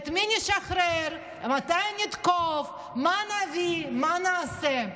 את מי נשחרר, מתי נתקוף, מה נביא, מה נעשה.